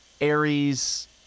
Aries